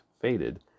faded